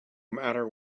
matter